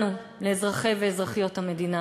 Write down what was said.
לנו, לאזרחי ואזרחיות המדינה,